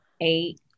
eight